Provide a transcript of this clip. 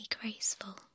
graceful